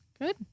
Good